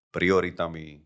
prioritami